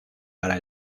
para